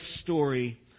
story